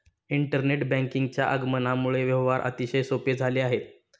internet बँकिंगच्या आगमनामुळे व्यवहार अतिशय सोपे झाले आहेत